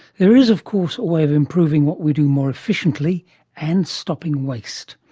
there is, of course, a way of improving what we do more efficiently and stopping waste.